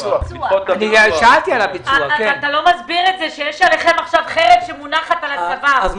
אתה לא מסביר את זה שיש עליכם עכשיו חרב שמונחת על הצוואר.